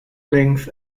length